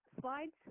slides